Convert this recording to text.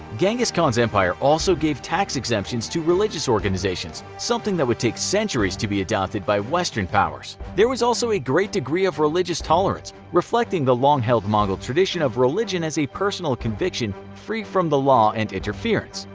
genghis khan's empire also gave tax exemptions to religious organizations, something that would take centuries to be adopted by western powers. there was also a great degree of religious tolerance, reflecting the long-held mongol tradition of religion as a personal conviction free from the law and interference.